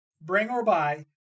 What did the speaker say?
bring-or-buy